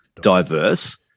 diverse